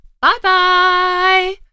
bye-bye